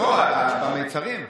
במְצָרִים,